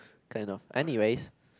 kind of anyway